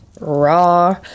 raw